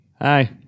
Hi